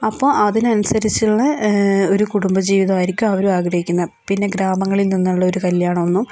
അപ്പോൾ അതിനനുസരിച്ചുള്ള ഒരു കുടുംബ ജീവിത ആയിരിക്കും അവരും ആഗ്രഹിക്കുന്നത് പിന്നെ ഗ്രാമങ്ങളിൽ നിന്നുള്ള ഒരു കല്യാണമൊന്നും